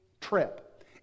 trip